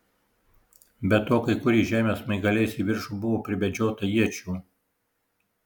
be to kai kur į žemę smaigaliais į viršų buvo pribedžiota iečių